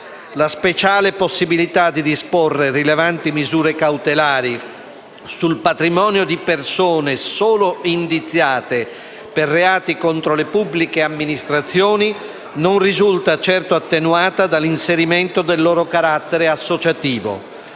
La speciale possibilità di disporre rilevanti misure cautelari sul patrimonio di persone sole indiziate per reati contro le pubbliche amministrazioni non risulta certo attenuata dall'inserimento del loro carattere associativo.